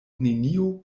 neniu